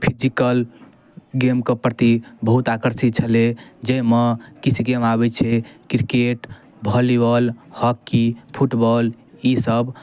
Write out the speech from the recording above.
physical गेमके प्रति बहुत आकर्षित छ्लै जाहिमे किछु गेम आबै छै किरकेट वॉलीबाॅल हाॅकी फुटबाॅल ईसब